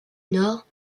nord